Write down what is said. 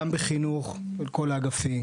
גם בחינוך בכל האגפים,